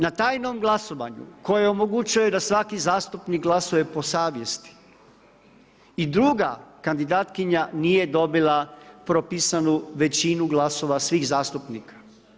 Na tajnom glasovanju koje omogućuje da svaki zastupnik glasuje po savjesti i druga kandidatkinja nije dobila propisanu većinu glasova svih zastupnika.